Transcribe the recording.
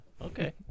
okay